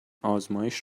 آزمایش